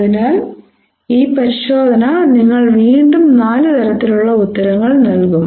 അതിനാൽ ഈ പരിശോധന നിങ്ങൾക്ക് വീണ്ടും നാല് തരത്തിലുള്ള ഉത്തരങ്ങൾ നൽകും